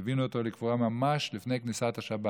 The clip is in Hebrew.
ליווינו אותו לקבורה ממש לפני כניסת השבת.